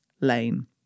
Lane